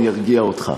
אני ארגיע אותך,